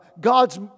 God's